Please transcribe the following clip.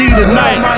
tonight